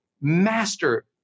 master